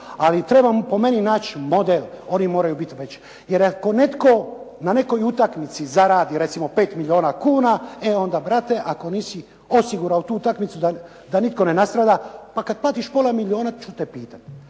ali treba po meni naći model. One moraju biti veće. Jer ako netko na nekoj utakmici zaradi recimo 5 milijuna kuna, e onda brate ako nisi osigurao tu utakmicu da nitko ne nastrada, pa kad platiš pola milijuna ću te pitati.